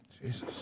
Jesus